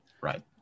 right